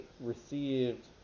received